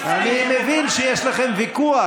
אני מבין שיש לכם ויכוח,